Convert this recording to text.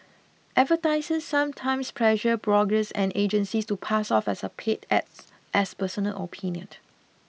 advertisers sometimes pressure bloggers and agencies to pass off as a paid ad as personal opinion